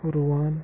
رُوان